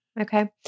Okay